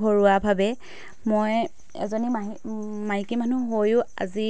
ঘৰুৱাভাৱে মই এজনী মাই মাইকী মানুহ হৈয়ো আজি